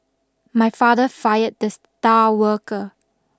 my father fired the star worker